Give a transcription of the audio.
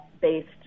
based